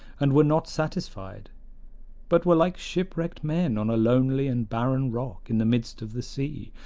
and were not satisfied but were like shipwrecked men on a lonely and barren rock in the midst of the sea,